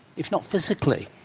if not physically?